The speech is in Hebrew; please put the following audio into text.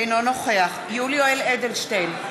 אינו נוכח יולי יואל אדלשטיין,